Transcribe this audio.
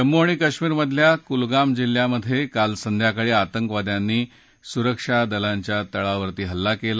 जम्मू आणि काश्मीरमधल्या कुलगाम जिल्ह्यात काल संध्याकाळी आतंकवाद्यांनी सुरक्षा दलांच्या तळावर हल्ला केला